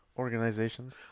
organizations